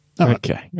Okay